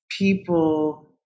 people